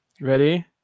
Ready